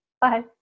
Bye